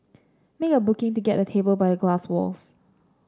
make a booking to get a table by a glass walls